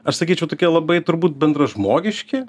aš sakyčiau tokie labai turbūt bendražmogiški